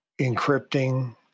encrypting